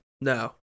No